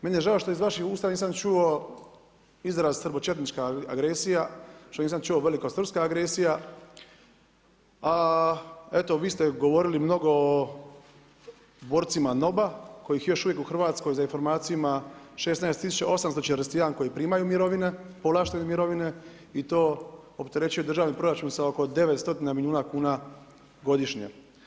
Meni je žao što iz vaših usta nisam čuo izraz srbočetnička agresija, što nisam čuo velikosrpska agresija, a eto vi ste govorili mnogo o borcima NOB-a kojih još uvijek u Hrvatskoj za informaciju ima 168451 koji primaju mirovine, povlaštene mirovine i to opterećuje državni proračun sa oko 9 stotina milijuna kuna godišnje.